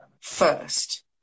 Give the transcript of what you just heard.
first